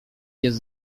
jest